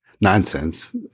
nonsense